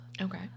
Okay